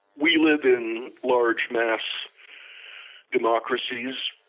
we live in large mass democracies.